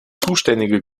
zuständige